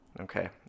okay